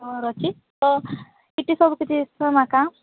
ସହର୍ ଅଛି ତ ସେଇଠି ସବୁକିଛି କମ୍ ଏକା